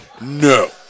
no